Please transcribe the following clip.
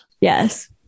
Yes